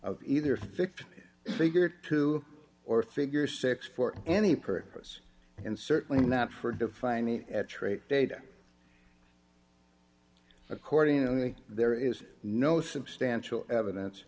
of either fixed figure two or figure six for any purpose and certainly not for defining at trick data accordingly there is no substantial evidence